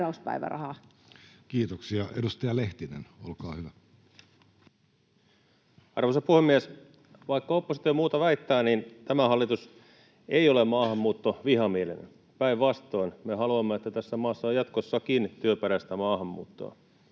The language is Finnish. Kiitoksia. — Edustaja Lehtinen, olkaa hyvä. Arvoisa puhemies! Vaikka oppositio muuta väittää, niin tämä hallitus ei ole maahanmuuttovihamielinen. Päinvastoin, me haluamme, että tässä maassa on jatkossakin työperäistä maahanmuuttoa.